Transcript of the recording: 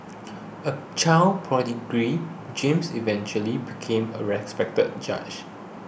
a child prodigy James eventually became a respected judge